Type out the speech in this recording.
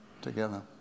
together